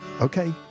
Okay